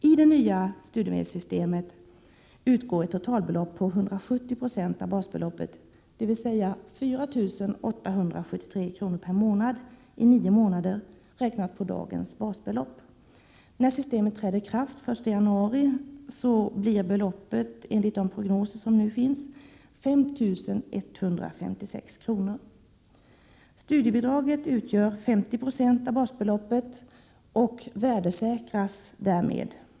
I det nya studiemedelssystemet utgår ett totalbelopp på 170 96 av basbeloppet, dvs. 4873 kr. per månad i nio månader, räknat på dagens basbelopp. När systemet träder i kraft den 1 januari 1989 blir beloppet, enligt de prognoser som nu finns, 5 156 kr. Studiebidraget utgör 50 96 av basbeloppet och värdesäkras därmed.